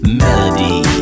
melody